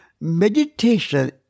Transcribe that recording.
Meditation